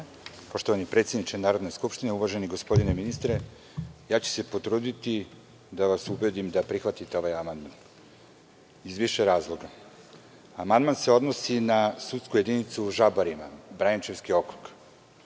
Poštovani predsedniče Narodne skupštine, uvaženi gospodine ministre, potrudiću se da vas ubedim da prihvatite ovaj amandman iz više razloga. Amandman se odnosi na sudsku jedinicu u Žabarima, Braničevski okrug.